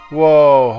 Whoa